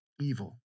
evil